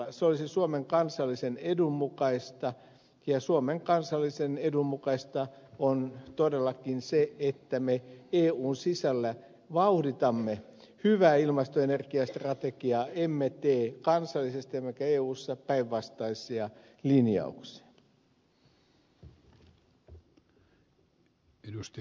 se olisi suomen kansallisen edun mukaista ja suomen kansallisen edun mukaista on todellakin se että me eun sisällä vauhditamme hyvää ilmasto ja energiastrategiaa emme tee kansallisesti emmekä eussa päinvastaisia linjauksia